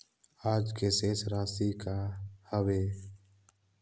आज के शेष राशि का हवे?